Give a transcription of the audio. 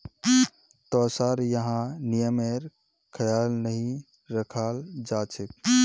तोसार यहाँ नियमेर ख्याल नहीं रखाल जा छेक